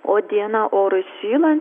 o dieną oras šyla